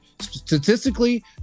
statistically